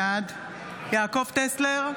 בעד יעקב טסלר,